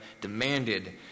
demanded